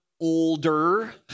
older